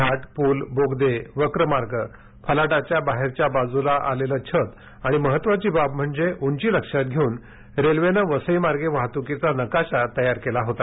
घाट पूल बोगदे वक्र मार्ग फलाटाच्या बाहेरच्या बाजूला आलेले छत आणि महत्वाची बाब म्हणजे उंची लक्षात घेऊन रेल्वेनं वसईमार्गे वाहतुकीचा नकाशा तयार केला होता